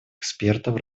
экспертов